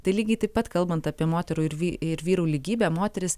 tai lygiai taip pat kalbant apie moterų ir vy ir vyrų lygybę moterys